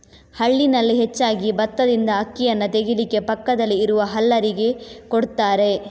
ಹಳ್ಳಿನಲ್ಲಿ ಹೆಚ್ಚಾಗಿ ಬತ್ತದಿಂದ ಅಕ್ಕಿಯನ್ನ ತೆಗೀಲಿಕ್ಕೆ ಪಕ್ಕದಲ್ಲಿ ಇರುವ ಹಲ್ಲರಿಗೆ ಕೊಡ್ತಾರೆ